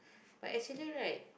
but actually right